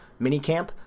minicamp